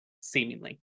seemingly